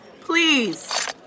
Please